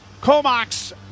Comox